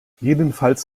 jedenfalls